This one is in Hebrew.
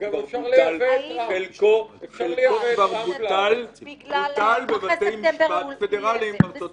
חלקו כבר בוטל בבתי משפט פדרליים בארצות-הברית.